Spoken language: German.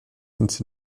ins